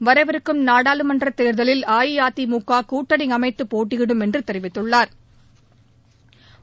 வரவிருக்கும் நாடாளுமன்ற தேர்தலில் அஇஅதிமுக கூட்டணி அமைத்து போட்டியிடும் என்று தெரிவித்துள்ளா்